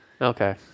Okay